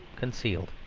concealed.